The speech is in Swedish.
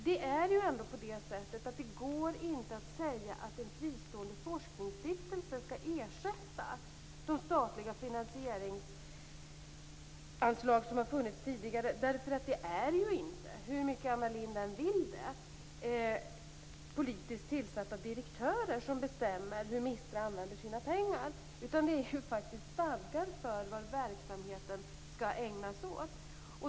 Det är ändå på det sättet att det inte går att säga att en fristående forskningsstiftelse skall ersätta de statliga finansieringsanslag som har funnits tidigare. Det är ju inte, hur mycket Anna Lindh än vill det, politiskt tillsatta direktörer som bestämmer hur MISTRA använder sina pengar. Det finns faktiskt stadgar för vad verksamheten skall ägnas åt.